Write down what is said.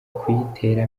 kuyitera